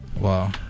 wow